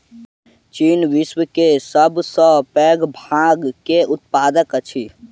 चीन विश्व के सब सॅ पैघ भांग के उत्पादक अछि